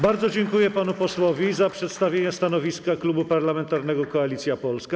Bardzo dziękuję panu posłowi za przedstawienie stanowiska Klubu Parlamentarnego Koalicja Polska.